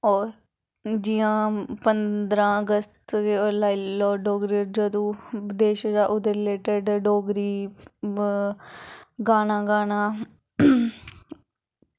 होर जि'यां पंदरां अगस्त लाई लैओ डोगरी जदूं देश अजाद ओह्दे रिलेटिड़ डोगरी गाना गाना